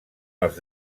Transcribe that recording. els